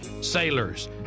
SAILORS